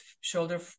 shoulder